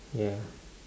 ya